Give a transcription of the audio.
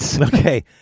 Okay